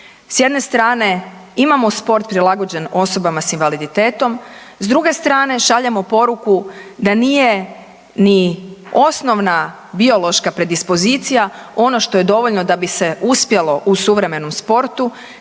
s jedne strane imamo sport prilagođen osobama s invaliditetom, s druge strane šaljemo poruku da nije ni osnovna biološka predispozicija ono što je dovoljno da bi se uspjelo u suvremenom sportu